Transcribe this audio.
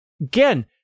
Again